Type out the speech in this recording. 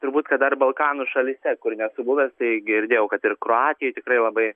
turbūt kad dar balkanų šalyse kur nesu buvęs tai girdėjau kad ir kroatijoj tikrai labai